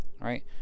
right